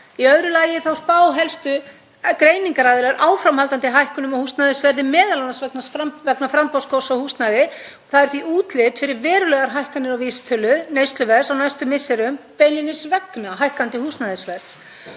Í öðru lagi spá helstu greiningaraðilar áframhaldandi hækkun á húsnæðisverði, m.a. vegna framboðsskorts á húsnæði. Það er því útlit fyrir verulegar hækkanir á vísitölu neysluverðs á næstu misserum, beinlínis vegna hækkandi húsnæðisverðs.